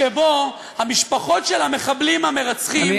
שבו המשפחות של המחבלים המרצחים ממזרח-ירושלים עותרות,